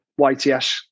YTS